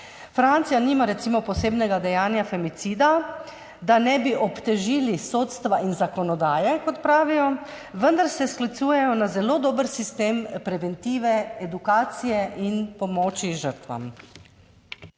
Francija recimo nima posebnega dejanja femicida, da ne bi obtežili sodstva in zakonodaje, kot pravijo, vendar se sklicujejo na zelo dober sistem preventive, edukacije in pomoči žrtvam.